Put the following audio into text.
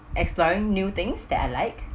exploring new things that I like